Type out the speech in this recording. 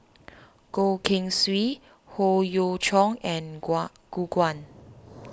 Goh Keng Swee Howe Yoon Chong and Gu Juan